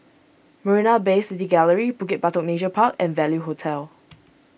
Marina Bay City Gallery Bukit Batok Nature Park and Value Hotel